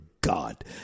God